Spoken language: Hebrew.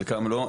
חלקם לא.